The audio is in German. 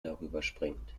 darüberspringt